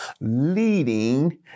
leading